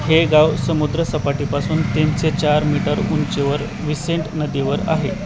हे गाव समुद्र सपाटीपासून तीनशे चार मीटर उंचीवर विसेंट नदीवर आहे